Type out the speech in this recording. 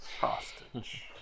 Hostage